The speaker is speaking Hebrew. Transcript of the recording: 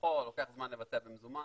מתוכו לוקח זמן לבצע במזומן.